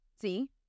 See